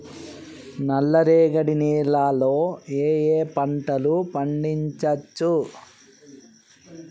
నల్లరేగడి నేల లో ఏ ఏ పంట లు పండించచ్చు?